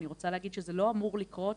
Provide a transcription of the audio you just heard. אני רוצה להגיד שזה לא אמור לקרות,